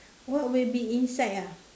what will be inside ah